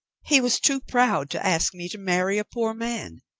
he was too proud to ask me to marry a poor man.